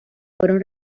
fueron